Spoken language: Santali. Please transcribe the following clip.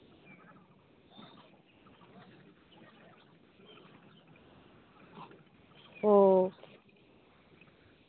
ᱚ